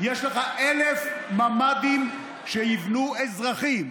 יש לך 1,000 ממ"דים שיבנו אזרחים.